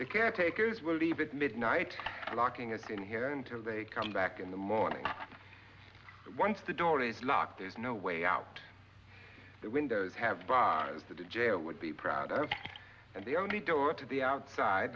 details caretakers will leave it midnight locking it in here until they come back in the morning once the door is locked there's no way out the windows have bars that the jail would be proud of and the only door to the outside